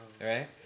Right